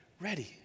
ready